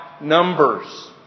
numbers